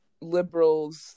liberals